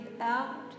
out